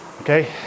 okay